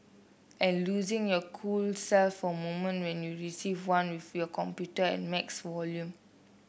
and losing your cool self for a moment when you receive one with your computer at max volume